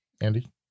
Andy